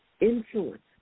influence